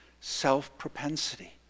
self-propensity